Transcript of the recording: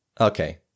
okay